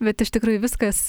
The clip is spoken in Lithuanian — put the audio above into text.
bet iš tikrųjų viskas